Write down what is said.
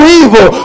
evil